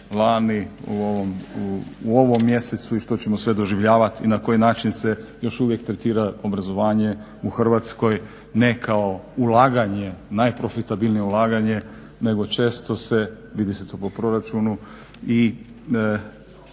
lani, u ovom mjesecu i što ćemo sve doživljavati i na koji način se još uvijek tretira obrazovanje u Hrvatskoj ne kao ulaganje, najprofitabilnije ulaganje nego često se, vidi se to po proračunu, i